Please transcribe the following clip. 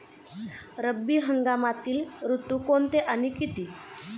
रब्बी हंगामातील ऋतू कोणते आणि किती?